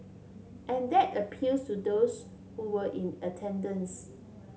and that appeals to those who were in attendance